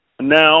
now